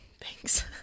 Thanks